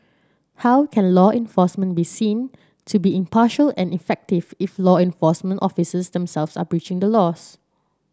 how can law enforcement be seen to be impartial and effective if law enforcement officers themselves are breaching the laws